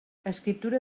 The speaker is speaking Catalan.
escriptura